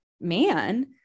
man